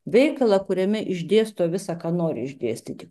veikalą kuriame išdėsto visa ką nori išdėstyti